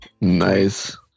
nice